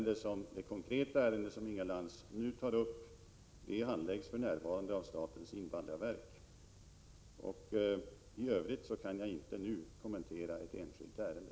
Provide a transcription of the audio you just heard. Det konkreta ärende som Inga Lantz tar upp handläggs för närvarande av statens invandrarverk. I övrigt kan jag som sagt inte nu kommentera ett enskilt ärende.